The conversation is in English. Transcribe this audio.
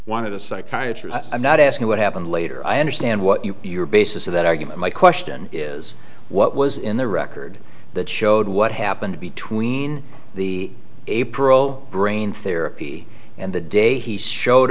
wanted a psychiatrist i'm not asking what happened later i understand what you your basis for that argument my question is what was in the record that showed what happened between the april brain therapy and the day he showed